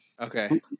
Okay